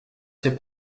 ses